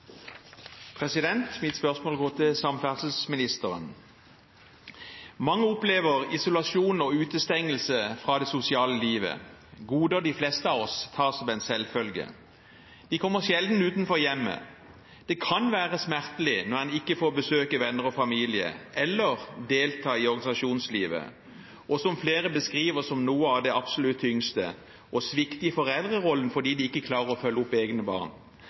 det sosiale livet – goder de fleste av oss tar som en selvfølge. De kommer seg sjelden utenfor hjemmet. Det kan være smertelig når en ikke får besøke venner og familie eller delta i organisasjonslivet, og det som flere beskriver som noe av det absolutt tyngste, er følelsen av å svikte i foreldrerollen fordi de ikke klarer å følge opp egne barn.